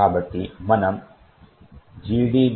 కాబట్టి మనము gdb